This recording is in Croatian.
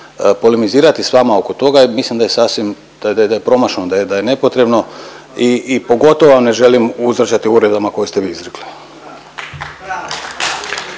polemizirati s vama oko toga mislim da je sasvim da je promašeno, da je nepotrebno i pogotovo ne želim uzvraćati uvredama koje ste vi izrekli.